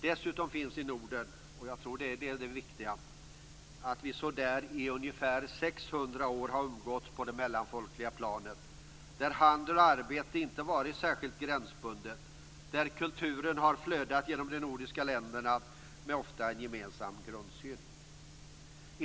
Dessutom har vi i Norden - och jag tror att det är det viktiga - i ungefär 600 år umgåtts på det mellanfolkliga planet. Handel och arbete har inte varit särskilt gränsbundet, och kulturen har flödat genom de nordiska länderna, ofta med en gemensam grundsyn.